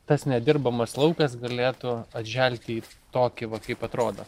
tas nedirbamas laukas galėtų atželti į tokį va kaip atrodo